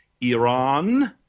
Iran